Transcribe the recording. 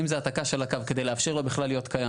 אם זו העתקה של הקו כדי לאפשר לו בכלל להיות קיים,